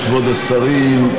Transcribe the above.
השרים,